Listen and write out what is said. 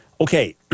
Okay